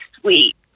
sweet